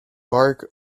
bark